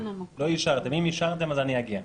אם אישרתם, אני אגיע.